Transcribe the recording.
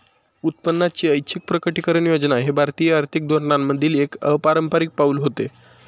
उत्पन्नाची ऐच्छिक प्रकटीकरण योजना हे भारतीय आर्थिक धोरणांमधील एक अपारंपारिक पाऊल होते